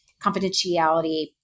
confidentiality